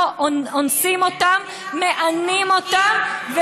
לא אונסים אותם ומענים אותם,